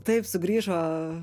taip sugrįžo